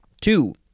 Two